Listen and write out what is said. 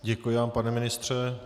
Děkuji vám, pane ministře.